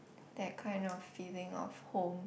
that kind of feeling of home